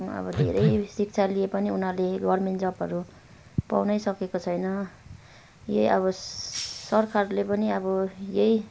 धेरै शिक्षा लिए पनि उनीहरूले गभर्मेन्ट जबहरू पाउन सकेको छैन यही अब सरकारले पनि अब यही